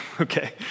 okay